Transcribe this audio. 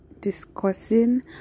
discussing